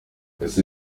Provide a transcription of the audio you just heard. ese